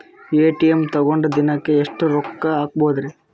ATM ತಗೊಂಡ್ ದಿನಕ್ಕೆ ಎಷ್ಟ್ ರೊಕ್ಕ ಹಾಕ್ಬೊದ್ರಿ?